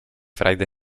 frajdy